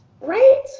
right